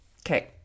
Okay